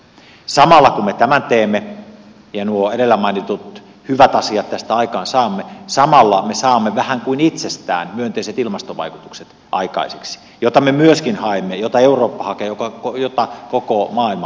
samalla kun me tämän teemme ja nuo edellä mainitut hyvät asiat tästä aikaan saamme me saamme vähän kuin itsestään myönteiset ilmastovaikutukset aikaiseksi joita me myöskin haemme joita eurooppa hakee joita koko maailma hakee